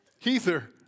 Heather